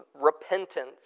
repentance